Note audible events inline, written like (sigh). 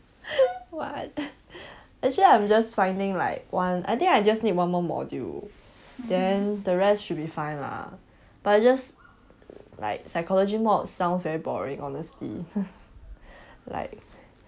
(breath) what actually I'm just finding like one I think I just need one more module then the rest should be fine lah but just like psychology mod sounds very boring honestly like